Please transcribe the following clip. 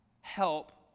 help